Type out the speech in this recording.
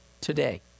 today